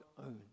own